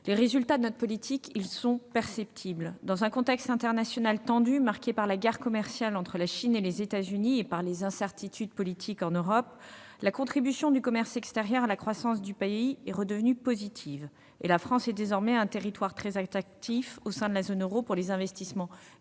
Les résultats de notre politique sont perceptibles. Dans un contexte international tendu, marqué par la guerre commerciale entre la Chine et les États-Unis et par les incertitudes politiques en Europe, la contribution du commerce extérieur à la croissance du pays est redevenue positive et la France est désormais un territoire très attractif au sein de la zone euro pour les investissements